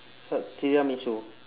so what tiramisu